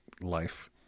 life